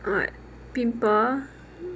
what pimple